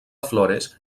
flores